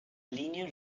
linear